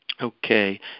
Okay